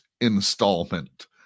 installment